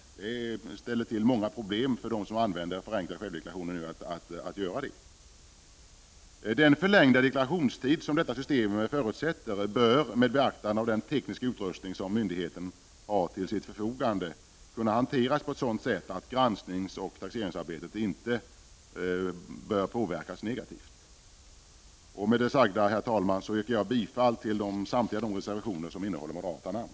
Det blir ju många problem för dem som utnyttjar den förenklade självdeklarationen. Den förlängda deklarationstid som detta system förutsätter bör med beaktande av den tekniska utrustning som myndigheten har till sitt förfogande kunna hanteras på ett sådant sätt att granskningsoch taxeringsarbetet inte påverkas negativt. Med det sagda, herr talman, yrkar jag bifall till samtliga reservationer som moderaterna står bakom.